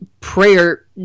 prayer